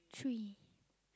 cui